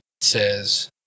says